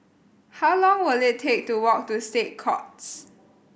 how long will it take to walk to State Courts